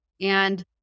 And-